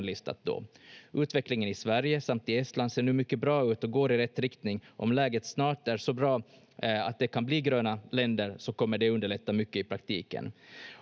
är grönlistat då. Utvecklingen i Sverige samt i Estland ser nu mycket bra ut och går i rätt riktning. Om läget snart är så bra att de kan bli gröna länder så kommer det underlätta mycket i praktiken.